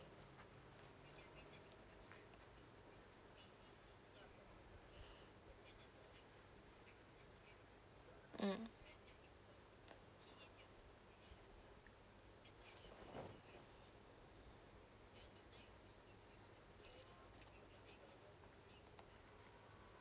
mm